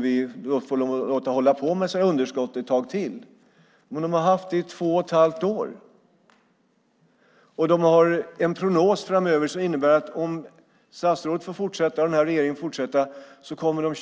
Vi får låta dem hålla på med sina underskott ett tag till. Men om de i två och ett halvt år haft underskott och de har en prognos för tiden framöver som innebär att de, om statsrådet och den här regeringen får fortsätta, år 2010